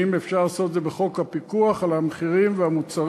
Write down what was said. אם אפשר לעשות את זה בחוק פיקוח על מחירי מצרכים ושירותים,